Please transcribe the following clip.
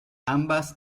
ambas